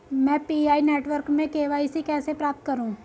मैं PI network में KYC कैसे प्राप्त करूँ?